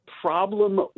problem